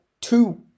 two